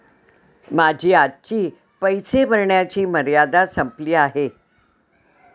माझी आजची पैसे भरण्याची मर्यादा संपली आहे